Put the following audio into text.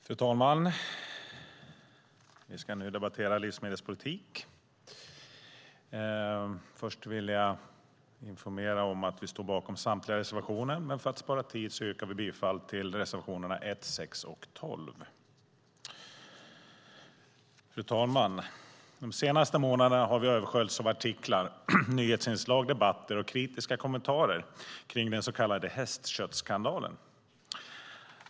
Fru talman! Vi ska nu debattera livsmedelspolitik. Först vill jag informera om att vi står bakom samtliga reservationer. För att spara tid yrkar jag dock bifall endast till reservationerna 1, 6 och 12. Fru talman! De senaste månaderna har vi översköljts av artiklar, nyhetsinslag, debatter och kritiska kommentarer kring den så kallade hästköttsskandalen.